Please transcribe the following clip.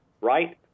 right